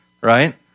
right